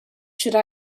should